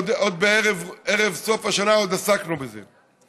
בערב סוף השנה עוד עסקנו בזה.